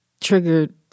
triggered